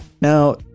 Now